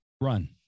Run